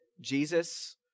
Jesus